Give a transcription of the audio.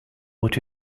what